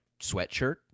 sweatshirt